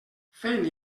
fent